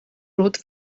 ruth